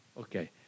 Okay